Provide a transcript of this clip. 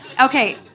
Okay